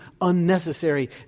unnecessary